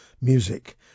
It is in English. music